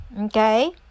Okay